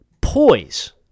Poise